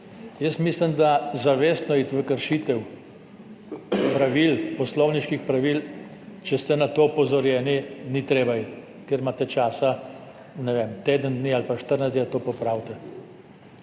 Jaz mislim, da zavestno iti v kršitev pravil, poslovniških pravil, če ste na to opozorjeni, ni treba iti, ker imate časa, ne vem, teden dni ali pa 14 dni, da to popravite.